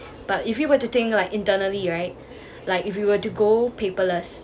but if you were to think like internally right like if you were to go paperless